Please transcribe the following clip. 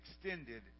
extended